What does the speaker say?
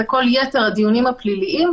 זה כל יתר הדיונים הפליליים,